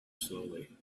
slowly